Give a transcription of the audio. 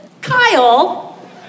Kyle